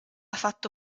fatto